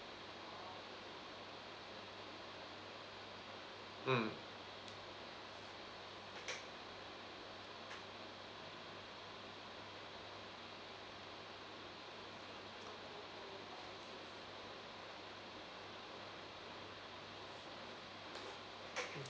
mm